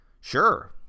sure